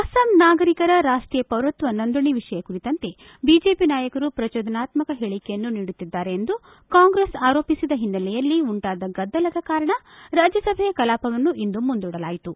ಅಸ್ಸಾಂ ನಾಗರಿಕರ ರಾಷ್ಟೀಯ ಪೌರತ್ವ ನೋಂದಣಿ ವಿಷಯ ಕುರಿತಂತೆ ಬಿಜೆಪಿ ನಾಯಕರು ಪ್ರಚೋದನಾತ್ಮಕ ಹೇಳಿಕೆಯನ್ನು ನೀಡುತ್ತಿದ್ದಾರೆ ಎಂದು ಕಾಂಗ್ರೆಸ್ ಆರೋಪಿಸಿದ ಹಿನ್ನೆಲೆಯಲ್ಲಿ ಉಂಟಾದ ಗದ್ದಲದ ಕಾರಣ ರಾಜ್ಯಸಭೆಯ ಕಲಾಪವನ್ನು ಇಂದು ಮುಂದೂಡಲಾಯಿತು